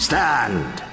Stand